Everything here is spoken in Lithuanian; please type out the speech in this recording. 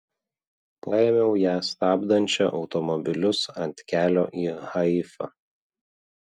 paėmiau ją stabdančią automobilius ant kelio į haifą